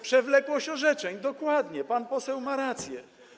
przewlekłość orzeczeń, dokładnie, pan poseł ma rację.